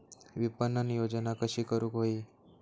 विपणन योजना कशी करुक होई?